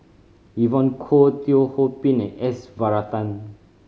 Evon Kow Teo Ho Pin and S Varathan